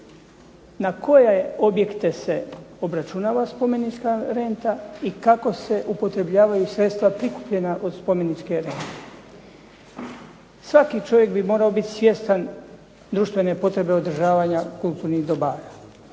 na koje objekte se obračunava spomenička renta i kako se upotrebljavaju sredstva prikupljena od spomeničke rente. Svaki čovjek bi morao biti svjestan društvene potrebe održavanja kulturnih dobara,